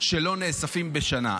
שלא נאספים בשנה.